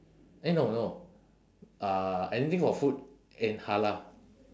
eh no no uh anything for food and halal